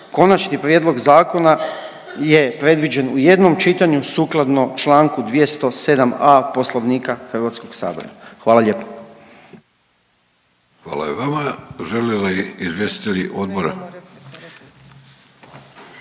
Konačni prijedlog zakona je predviđen u jednom čitanju, sukladno čl. 207.a Poslovnika Hrvatskog sabora. Hvala lijepa. **Vidović, Davorko